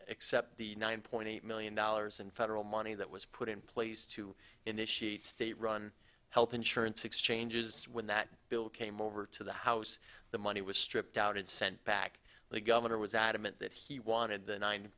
accept the nine point eight million dollars in federal money that was put in place to initiate state run health insurance exchanges when that bill came over to the house the money was stripped out and sent back the governor was adamant that he wanted the nine